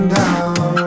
down